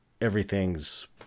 everything's